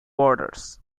orders